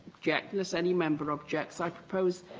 yeah unless any member objects, i propose,